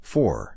Four